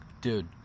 Dude